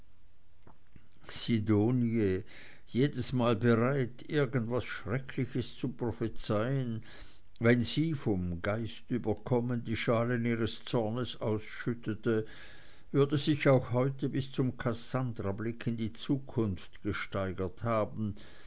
sidonie jedesmal bereit irgendwas schreckliches zu prophezeien wenn sie vom geist überkommen die schalen ihres zorns ausschüttete würde sich auch heute bis zum kassandrablick in die zukunft gesteigert haben